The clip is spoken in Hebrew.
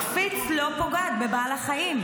הקפיץ לא פוגע בבעל החיים.